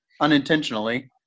unintentionally